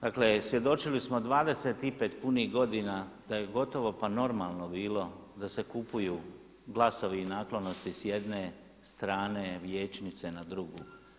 Dakle svjedočili smo 25 punih godina da je gotovo pa normalno bilo da se kupuju glasovi i naklonosti s jedne strane vijećnice na drugu.